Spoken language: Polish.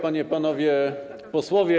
Panie i Panowie Posłowie!